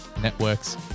networks